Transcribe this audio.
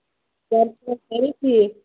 گرِ چھِوا سٲری ٹھیٖک